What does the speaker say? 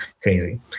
crazy